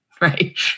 right